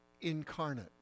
incarnate